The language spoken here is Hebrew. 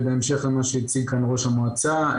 ובהמשך למה שהציג כאן ראש המועצה,